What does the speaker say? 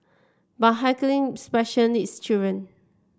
but heckling special needs children